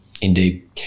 Indeed